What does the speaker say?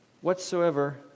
whatsoever